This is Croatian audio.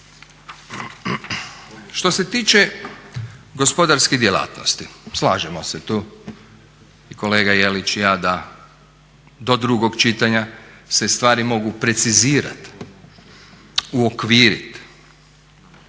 Što se tiče gospodarskih djelatnosti, slažemo se tu, kolega Jelić i ja da do drugog čitanja se stvari mogu precizirat, uokviriti.